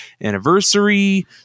anniversary